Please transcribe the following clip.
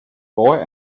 boy